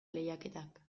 lehiaketak